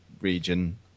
region